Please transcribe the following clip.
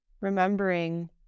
Remembering